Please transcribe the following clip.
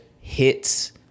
hits